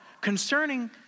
concerning